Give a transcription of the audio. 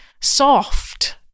soft